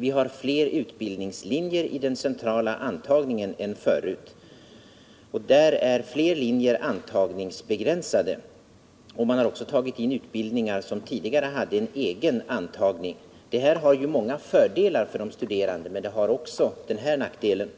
Vi har fler utbildningslinjer vid den centrala antagningen än förut, och fler linjer är antagningsbegränsade. Man har också tagit in utbildningar som tidigare hade en egen antagning. Detta har ju många fördelar för de studerande, men det har också den här nackdelen.